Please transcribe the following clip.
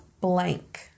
Blank